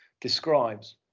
describes